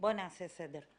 בוא נעשה סדר.